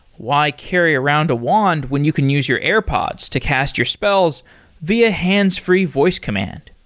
why carry around a wand when you can use your airpods to cast your spells via hands-free voice command.